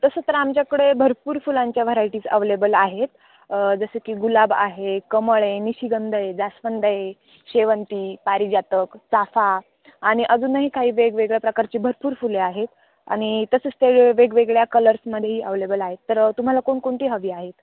तसं तर आमच्याकडे भरपूर फुलांच्या व्हरायटीज अवलेबल आहेत जसं की गुलाब आहे कमळ आहे निशिगंंध आहे जास्वंद आहे शेवंती पारिजातक चाफा आणि अजूनही काही वेगवेगळ्या प्रकारची भरपूर फुले आहेत आणि तसंच ते वेगवेगळ्या कलर्समध्येही अव्हेलेबल आहेत तर तुम्हाला कोणकोणती हवी आहेत